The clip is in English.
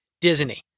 disney